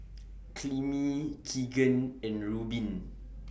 Clemie Keegan and Rubin